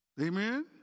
amen